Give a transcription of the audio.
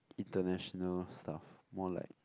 international stuff more like